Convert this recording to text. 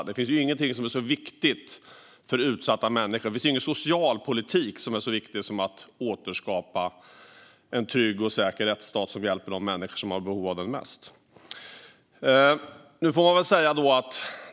Det finns ingenting som är så viktigt för utsatta människor och ingen socialpolitik som är så viktig som att återskapa en trygg och säker rättsstat som hjälper de människor som har störst behov av det.